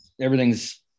Everything's –